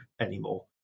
anymore